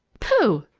pooh!